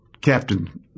Captain